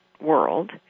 world